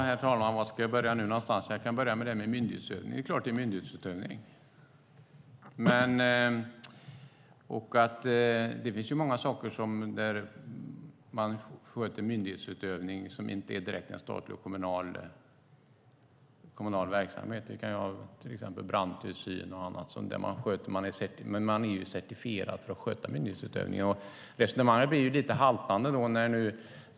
Herr talman! Jag kan börja med detta med myndighetsutövning. Det är klart att det är myndighetsutövning, men det finns många typer av myndighetsutövning som sköts utan att det direkt är en statlig eller kommunal verksamhet. Det kan gälla till exempel brandtillsyn. Då är man certifierad för att sköta myndighetsutövningen. Resonemanget blir lite haltande.